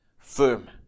firm